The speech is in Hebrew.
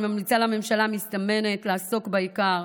אני ממליצה לממשלה המסתמנת לעסוק בעיקר.